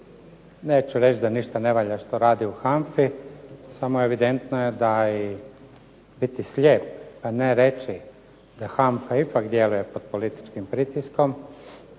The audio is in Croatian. Neću reći da ništa ne valja što radi u HANFA-i, samo evidentno je da biti slijep pa ne reći da HANFA ipak djeluje pod političkim pritiskom,